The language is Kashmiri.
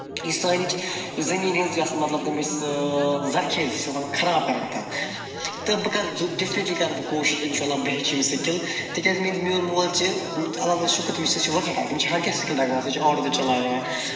یہِ سانِچ یہِ زٔمیٖن ہِنٛز یۄس مطلب تَمِچ سُہ زَرخیز سۄ آسان خراب کران تَتھ تہٕ بہٕ کرٕ ڈِفنِٹلی کرٕ بہٕ کوٗشِش اِنشاء اللہ بہٕ ہیٚچھٕ یِم سِکِل تِکیٛازِ میٛٲنِس میون مول چھِ اللہ تعالیٰ شُکُر تٔمِس تہِ چھِ واریاہ تٔمِس چھِ ہَر کیٚنٛہہ سِکِل تَگان سُہ چھِ آٹوٗ تہِ چَلاوان